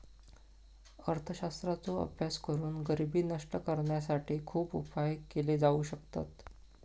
अर्थशास्त्राचो अभ्यास करून गरिबी नष्ट करुसाठी खुप उपाय केले जाउ शकतत